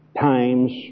times